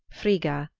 frigga,